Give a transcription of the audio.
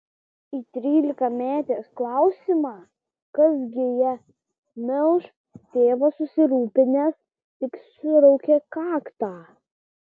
į trylikametės klausimą kas gi jas melš tėvas susirūpinęs tik suraukia kaktą